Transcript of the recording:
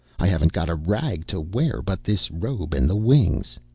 i haven't got a rag to wear but this robe and the wings.